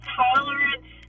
tolerance